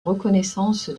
reconnaissance